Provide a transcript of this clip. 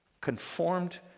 Conformed